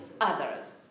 others